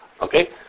Okay